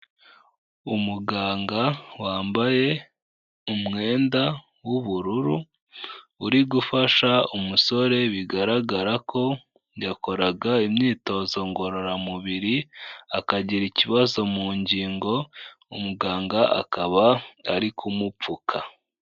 Umuganga wambaye umwenda w'ubururu uri gufasha umusore, bigaragara ko yakoraga imyitozo ngororamubiri akagira ikibazo mu ngingo, umuganga akaba ari kumupfuka.